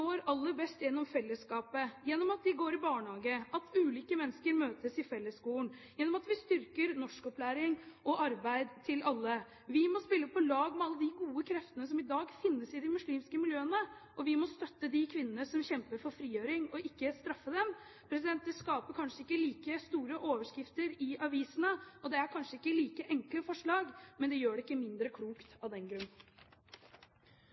aller best gjennom fellesskapet – at barn går i barnehage, at ulike mennesker møtes i fellesskolen, gjennom at vi styrker norskopplæring og arbeid til alle. Vi må spille på lag med alle de gode kreftene som finnes i de muslimske miljøene i dag, og vi må støtte de kvinnene som kjemper for frigjøring, og ikke straffe dem. Det skaper kanskje ikke like store overskrifter i avisene, og det er kanskje ikke like enkle forslag. Men det gjør det ikke mindre